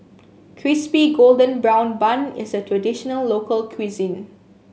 Crispy Golden Brown Bun is a traditional local cuisine